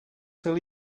till